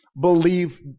believe